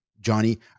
Johnny